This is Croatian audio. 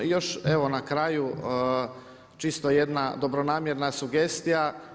I još evo na kraju čisto jedna dobronamjerna sugestija.